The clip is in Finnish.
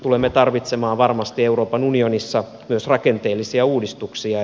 tulemme tarvitsemaan varmasti euroopan unionissa myös rakenteellisia uudistuksia